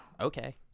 Okay